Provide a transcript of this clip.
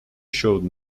showed